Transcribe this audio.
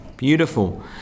Beautiful